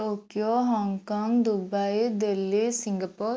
Tokyo Hong Kong Dubai Delhi Singapore